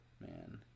man